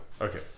Okay